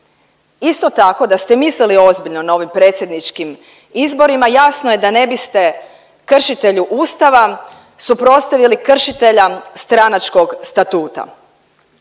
Isto tako da ste mislili ozbiljno na ovim predsjedničkim izborima jasno je da ne biste kršitelju Ustava suprotstavili kršitelja stranačkog statuta,